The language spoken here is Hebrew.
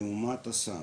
לעומת הסם.